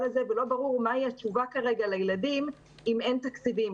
הזה ולא ברור מהי התשובה כרגע לילדים אם אין תקציבים.